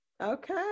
Okay